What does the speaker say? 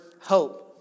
hope